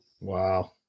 Wow